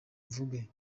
mvuge